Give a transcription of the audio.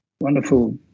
wonderful